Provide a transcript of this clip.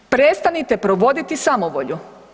Prestanite provoditi samovolju.